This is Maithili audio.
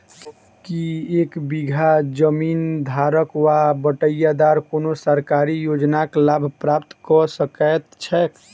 की एक बीघा जमीन धारक वा बटाईदार कोनों सरकारी योजनाक लाभ प्राप्त कऽ सकैत छैक?